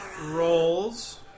rolls